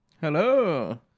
Hello